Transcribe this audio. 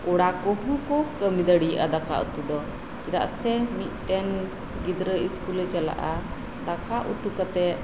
ᱠᱚᱲᱟ ᱠᱚᱦᱚᱸ ᱠᱩ ᱠᱟᱹᱢᱤ ᱫᱟᱲᱤᱭᱟᱜᱼᱟ ᱫᱟᱠᱟ ᱩᱛᱩ ᱫᱚ ᱪᱮᱫᱟᱜ ᱥᱮ ᱢᱤᱫᱴᱮᱱ ᱜᱤᱫᱽᱨᱟᱹ ᱤᱥᱠᱩᱞᱮ ᱪᱟᱞᱟᱜᱼᱟ ᱫᱟᱠᱟ ᱩᱛᱩ ᱠᱟᱛᱮᱫ